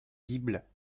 bible